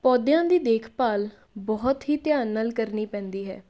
ਪੌਦਿਆਂ ਦੀ ਦੇਖਭਾਲ ਬਹੁਤ ਹੀ ਧਿਆਨ ਨਾਲ ਕਰਨੀ ਪੈਂਦੀ ਹੈ